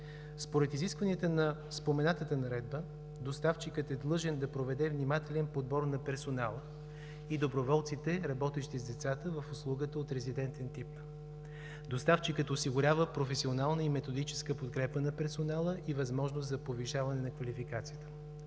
Според изискванията на споменатата Наредба доставчикът е длъжен да проведе внимателен подбор на персонала и доброволците, работещи с децата в услугата от резидентен тип. Доставчикът осигурява професионална и методическа подкрепа на персонала и възможност за повишаване на квалификацията.